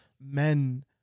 men